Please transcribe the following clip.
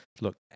Look